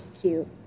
cute